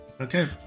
Okay